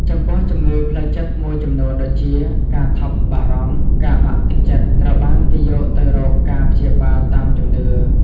ចំពោះជំងឺផ្លូវចិត្តមួយចំនួនដូចជា ការថប់បារម្ភ ការបាក់ទឹកចិត្ត ត្រូវបានគេយកទៅរកការព្យាបាលតាមជំនឿ។